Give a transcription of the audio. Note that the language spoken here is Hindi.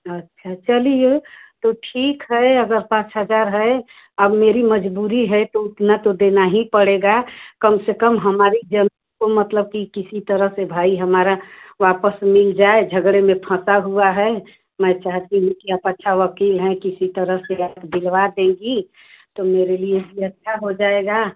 अच्छा चलिए तो ठीक है अगर पाँच हज़ार है अब मेरी मजबूरी है तो उतना तो देना ही पड़ेगा कम से कम हमारी ज़मीन को मतलब कि किसी तरह से भाई हमारा वापस मिल जाए झगड़े में फँसी हुई है मैं चाहती हूँ कि आप अच्छा वक़ील हैं किसी तरह से आप दिलवा देंगी तो मेरे लिए भी अच्छा हो जाएगा